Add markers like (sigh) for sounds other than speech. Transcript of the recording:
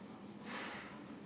(breath)